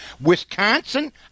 Wisconsin